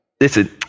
Listen